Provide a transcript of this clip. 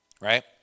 right